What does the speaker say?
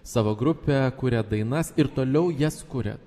savo grupę kuriat dainas ir toliau jas kuriat